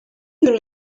you